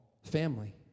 family